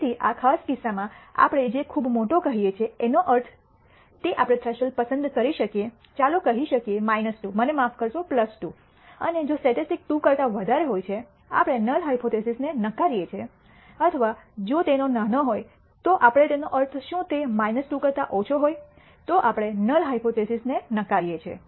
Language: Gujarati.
તેથી આ ખાસ કિસ્સામાં આપણે જે ખૂબ મોટો કહીયે છે એનો અર્થ તે આપણે થ્રેશોલ્ડ પસંદ કરી શકીએ ચાલો કહી શકીએ 2 મને માફ કરશો 2 અને જો સ્ટેટિસ્ટિક્સ 2 કરતા વધારે હોય છે આપણે નલ હાયપોથીસિસને નકારીએ છીએ અથવા જો તેનો નાનો હોય તો આપણે તેનો અર્થ શું તે 2 કરતા ઓછા હોય તો આપણે નલ હાયપોથીસિસને નકારીએ છીએ